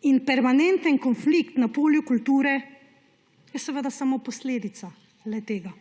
In permanenten konflikt na polju kulture je samo posledica le-tega.